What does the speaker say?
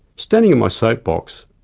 standing on my soap box,